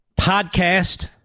podcast